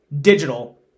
digital